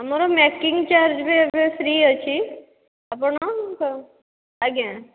ଆମର making charge ବି ଏବେ ଫ୍ରି ଅଛି ଆପଣ ଆଜ୍ଞା